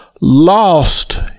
lost